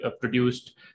produced